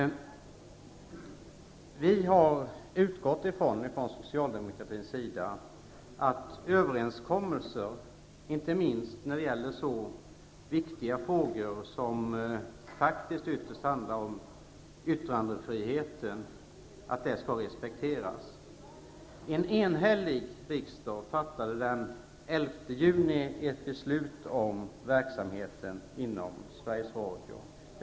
Vi socialdemokrater har utgått ifrån att överenskommelser, inte minst när det gäller så viktiga frågor som ytterst handlar om yttrandefriheten, skall respekteras. En enig riksdag fattade den 11 juni ett beslut om verksamheten inom Sveriges Radio.